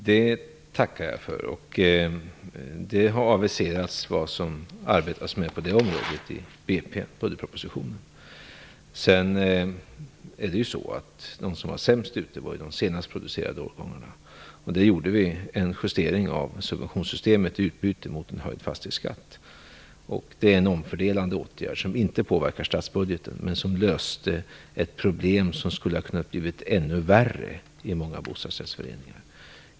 Herr talman! Det tackar jag för. Det har aviserats vad som arbetas med på det området i budgetpropositionen. Sedan är det ju så att de som var sämst ute var de senast producerade årgångarna. Där gjorde vi en justering av subventionssystemet i utbyte mot en höjd fastighetsskatt. Det är en omfördelande åtgärd som inte påverkar statsbudgeten men som löste ett problem som skulle ha kunnat bli ännu värre i många bostadsrättsföreningar.